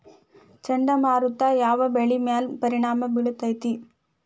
ಚಂಡಮಾರುತ ಯಾವ್ ಬೆಳಿ ಮ್ಯಾಲ್ ಪರಿಣಾಮ ಬಿರತೇತಿ?